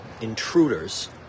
intruders